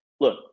look